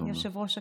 יושב-ראש הכנסת,